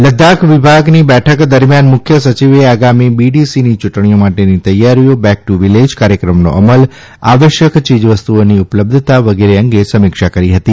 લદ્વાખ વિભાગની બેઠક દરમિયાન મુખ્ય સચિવેઆગામી બીડીસીની યુંટણીઓ માટેની તૈયારીઓ બેક ટુ વિલેજ કાર્યક્રમના અમલઆવશ્યક યીજવસ્તુની ઉપલબ્ધતા વગેરે અંગે સમીક્ષા કરી હતી